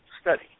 study